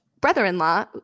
brother-in-law